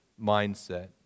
mindset